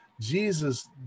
Jesus